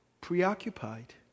preoccupied